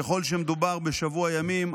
ככל שמדובר בשבוע ימים,